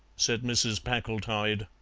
said mrs. packletide,